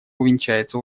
увенчается